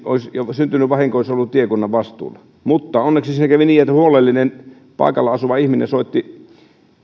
syntynyt vahinko olisi ollut tiekunnan vastuulla mutta onneksi siinä kävi niin että huolellinen paikalla asuva ihminen soitti